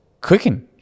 cooking